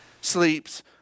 Sleeps